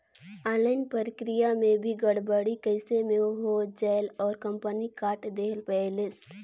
Online प्रक्रिया मे भी गड़बड़ी कइसे मे हो जायेल और कंपनी काट देहेल बैलेंस?